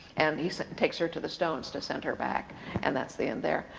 and he takes her to the stones to send her back and that's the end there.